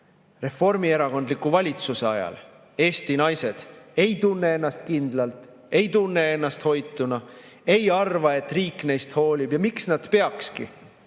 reformierakondliku valitsuse ajal Eesti naised ei tunne ennast kindlalt, ei tunne ennast hoituna, ei arva, et riik neist hoolib. Ja miks nad peakski?